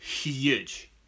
huge